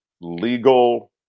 legal